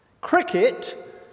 Cricket